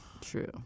True